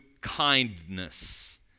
kindness